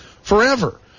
forever